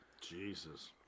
Jesus